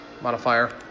modifier